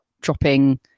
dropping